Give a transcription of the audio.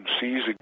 seizing